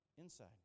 inside